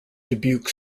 dubuque